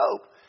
hope